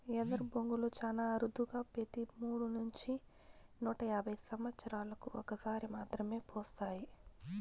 ఎదరు బొంగులు చానా అరుదుగా పెతి మూడు నుంచి నూట యాభై సమత్సరాలకు ఒక సారి మాత్రమే పూస్తాయి